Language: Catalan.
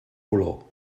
color